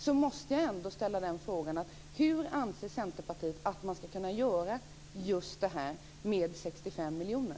Då måste jag ställa en fråga: Hur anser Centerpartiet att man ska kunna göra detta med 65 miljoner?